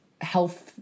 health